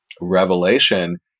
revelation